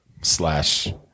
slash